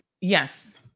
Yes